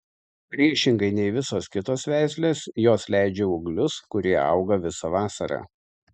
priešingai nei visos kitos veislės jos leidžia ūglius kurie auga visą vasarą